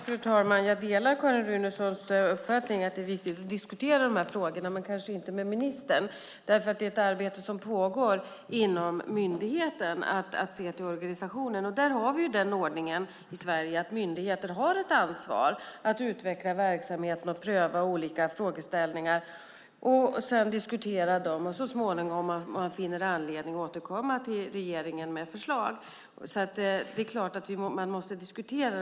Fru talman! Jag delar Carin Runesons uppfattning att det är viktigt att diskutera dessa frågor - men kanske inte med ministern. Att se till organisationen är ett arbete som pågår inom myndigheten. Vi har i Sverige den ordningen att myndigheter har ett ansvar för att utveckla verksamheten, pröva olika frågeställningar, diskutera dem och så småningom, om man finner anledning, återkomma till regeringen med ett förslag. Det är klart att man måste diskutera.